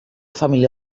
família